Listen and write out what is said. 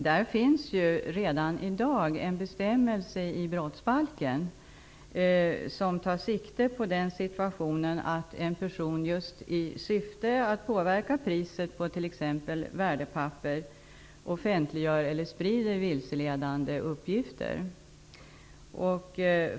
Det finns redan i dag en bestämmelse i brottsbalken som gäller när en person just i syfte att påverka priset på t.ex. värdepapper offentliggör eller sprider vilseledande uppgifter.